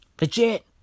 Legit